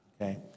Okay